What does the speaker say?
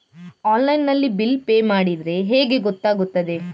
Online ನಲ್ಲಿ bill pay ಮಾಡಿದ್ರೆ ಹೇಗೆ ಗೊತ್ತಾಗುತ್ತದೆ?